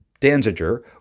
Danziger